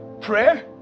Prayer